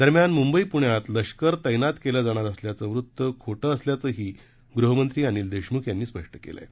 दरम्यान मुंबई पुण्यात लष्कर तैनात करण्यात येणार असल्याचं वृत्त खोटं असल्याचंही गृहमंत्री अनिल देशमुख यांनी स्पष्ट केलं आहे